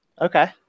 Okay